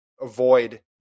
avoid